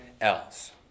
else